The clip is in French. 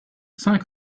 cinq